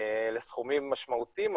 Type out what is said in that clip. אלה סכומים משמעותיים,